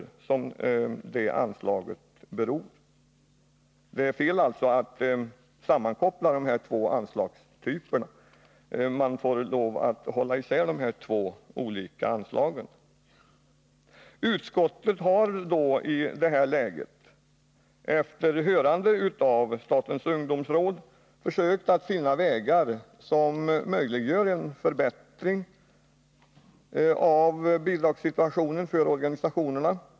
Det är alltså fel att sammankoppla de här två anslagstyperna, man får lov att hålla isär de två anslagen. Utskottet har i detta läge, efter hörande av statens ungdomsråd, försökt att finna vägar som möjliggör en förbättring av bidragssituationen för organisationerna.